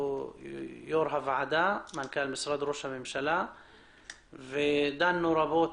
יושב-ראש הוועדה ומנכ"ל משרד ראש הממשלה ודנו רבות